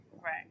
Right